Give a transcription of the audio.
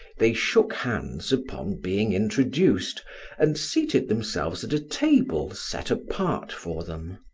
they shook hands upon being introduced and seated themselves at a table set apart for them.